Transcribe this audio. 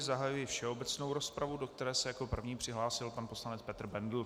Zahajuji všeobecnou rozpravu, do které se jako první přihlásil pan poslanec Petr Bendl.